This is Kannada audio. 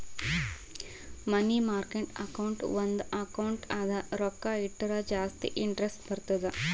ಮನಿ ಮಾರ್ಕೆಟ್ ಅಕೌಂಟ್ ಒಂದ್ ಅಕೌಂಟ್ ಅದ ರೊಕ್ಕಾ ಇಟ್ಟುರ ಜಾಸ್ತಿ ಇಂಟರೆಸ್ಟ್ ಬರ್ತುದ್